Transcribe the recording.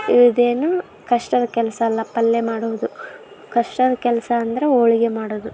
ಇದೇನೂ ಕಷ್ಟದ ಕೆಲಸ ಅಲ್ಲ ಪಲ್ಯ ಮಾಡೋದು ಕಷ್ಟದ ಕೆಲಸ ಅಂದರೆ ಹೋಳ್ಗೆ ಮಾಡೋದು